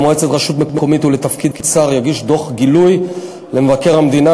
למועצת רשות מקומית ולתפקיד שר יגיש דוח גילוי למבקר המדינה,